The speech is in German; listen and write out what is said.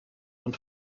und